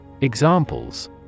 Examples